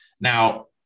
Now